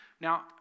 Now